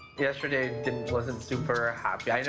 yesterday's dinner wasn't super happy.